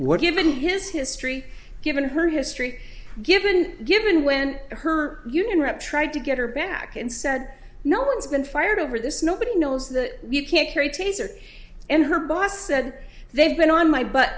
what given his history given her history given given when her union rep tried to get her back and said no one's been fired over this nobody knows that you can't carry a taser and her boss said they've been on my butt